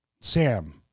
Sam